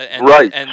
Right